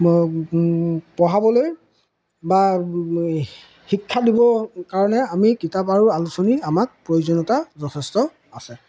ল পঢ়াবলৈ বা শিক্ষা দিব কাৰণে আমি কিতাপ আৰু আলোচনী আমাক প্ৰয়োজনীয়তা যথেষ্ট আছে